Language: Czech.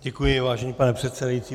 Děkuji, vážený pane předsedající.